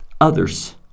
Others